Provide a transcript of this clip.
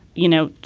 you know,